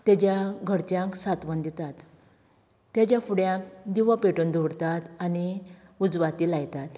तेज्या घरच्यांक साथवण दितात तेज्या फुड्यांक दिवो पेटोवन दवरतात आनी उजवाती लायतात